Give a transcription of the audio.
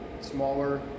smaller